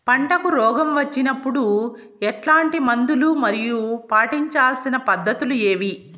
పంటకు రోగం వచ్చినప్పుడు ఎట్లాంటి మందులు మరియు పాటించాల్సిన పద్ధతులు ఏవి?